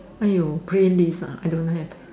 !aiyo! playlist ah I don't have